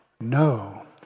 no